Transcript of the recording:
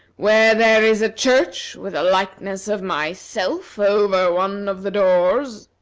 where there is a church with a likeness of myself over one of the doors?